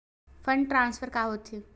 Fund transfer का होथे?